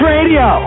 Radio